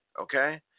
Okay